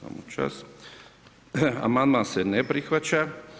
Amandman se ne prihvaća.